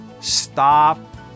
stop